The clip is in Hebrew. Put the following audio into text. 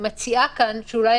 אני מציעה שנעשה